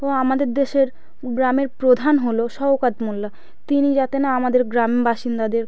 ও আমাদের দেশের গ্রামের প্রধান হলো শওকত মোল্লা তিনি যাতে না আমাদের গ্রাম বাসিন্দাদের